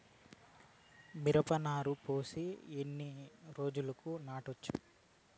మిరప నారు పోసిన ఎన్ని రోజులకు నాటచ్చు?